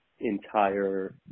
entire